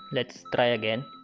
let's try again.